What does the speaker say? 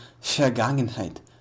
Vergangenheit